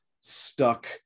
stuck